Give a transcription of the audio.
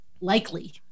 likely